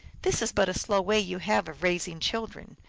this is but a slow way you have of raising children.